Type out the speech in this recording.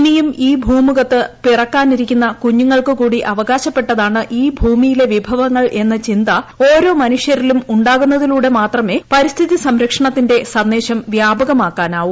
ഇനിയും ഈ ഭൂമുഖത്ത് പിറക്കാനിരിക്കുന്ന് കുഞ്ഞുങ്ങൾക്ക് കൂടി അവകാശപ്പെട്ടതാണ് ഈ ഭൂമിയില്ലു വീഭവങ്ങൾ എന്ന ചിന്ത ഓരോ മനുഷ്യരിലും ഉണ്ടാകുന്നതിലൂടെ മാത്രമേ പരിസ്ഥിതി സംരക്ഷണത്തിന്റെ സന്ദേശ്ര പ്യാപകമാക്കാനാവൂ